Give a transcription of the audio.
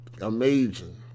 amazing